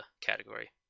category